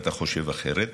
אתה חושב אחרת.